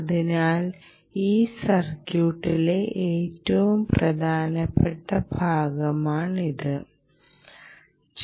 അതിനാൽ ഈ സർക്ക്യൂട്ടിലെ ഏറ്റവും പ്രധാനപ്പെട്ട ഭാഗം ഇതാണ്